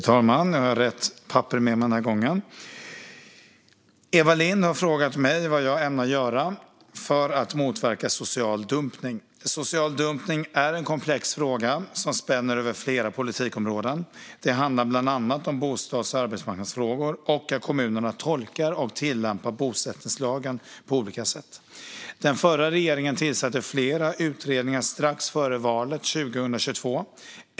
Fru talman! Eva Lindh har frågat mig vad jag ämnar göra för att motverka social dumpning. Social dumpning är en komplex fråga som spänner över flera politikområden. Det handlar bland annat om bostads och arbetsmarknadsfrågor och att kommunerna tolkar och tillämpar bosättningslagen på olika sätt. Den förra regeringen tillsatte flera utredningar strax före valet 2022.